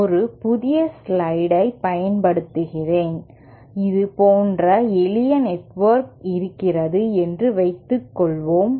ஒரு புதிய ஸ்லைடைப் பயன்படுத்துகிறேன் இது போன்ற எளிய நெட்வொர்க் இருக்கிறது என்று வைத்துக்கொள்வோம்